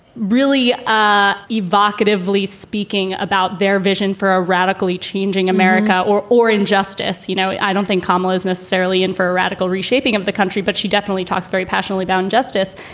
really ah evocatively speaking about their vision for a radically changing america or or injustice. you know, i don't think kamala is necessarily in for a radical reshaping of the country, but she definitely talks very passionately about and justice.